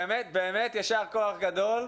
יישר כוח גדול,